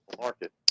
market